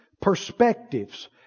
perspectives